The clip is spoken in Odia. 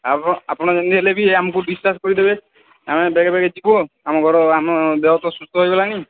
ଆପ ଆପଣ ଯେମିତି ହେଲେ ବି ଆମକୁ ଡିସଚାର୍ଜ୍ କରିଦେବେ ଆମେ ବେଗେ ବେଗେ ଯିବୁ ଆମ ଘର ଆମ ଦେହ ତ ସୁସ୍ଥ ହୋଇଗଲାଣିି